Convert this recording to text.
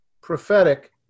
prophetic